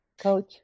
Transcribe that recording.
Coach